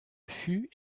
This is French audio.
fût